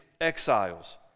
exiles